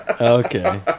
Okay